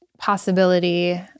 possibility